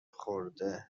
خورده